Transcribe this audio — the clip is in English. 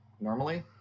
normally